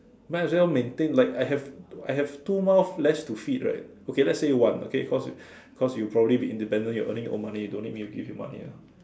might as well maintain like I have I have two mouths less to feed right okay let's say one cause cause you probably be independent you're earning your own money you don't need me to give you money ah